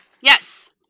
Yes